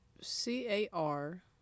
C-A-R